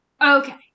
Okay